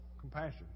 compassion